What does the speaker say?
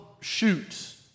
shoots